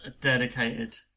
dedicated